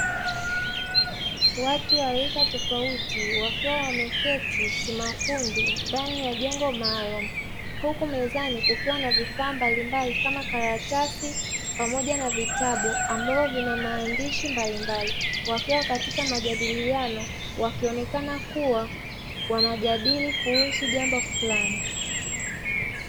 Watu wa rika tofauti wakiwa wameketi kimakundi ndani ya jengo maalumu. Huku mezani kukiwa na vifaa mbalimbali kama karatasi pamoja na vitabu ambavyo vina maandishi mbalimbali. Wakiwa katika majadiliano, wakionekana kuwa wanajadili jambo fulani.